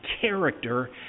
character